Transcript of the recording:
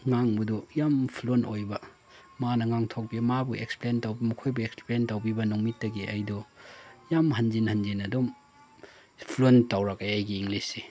ꯉꯥꯡꯕꯗꯨ ꯌꯥꯝ ꯐ꯭ꯂꯨꯋꯦꯟ ꯑꯣꯏꯕ ꯃꯥꯅ ꯉꯥꯡꯊꯣꯛꯄꯤ ꯃꯥꯕꯨ ꯑꯦꯛꯁꯄ꯭ꯂꯦꯟ ꯇꯧꯕ ꯃꯈꯣꯏꯕꯨ ꯑꯦꯛꯁꯄ꯭ꯂꯦꯟ ꯇꯧꯕꯤꯕ ꯅꯨꯃꯤꯠꯇꯒꯤ ꯑꯩꯗꯣ ꯌꯥꯝ ꯍꯟꯖꯤꯟ ꯍꯟꯖꯤꯟ ꯑꯗꯨꯝ ꯐ꯭ꯂꯨꯋꯦꯟ ꯇꯧꯔꯛꯑꯦ ꯑꯩꯒꯤ ꯏꯪꯂꯤꯁꯁꯤ